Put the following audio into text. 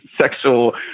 sexual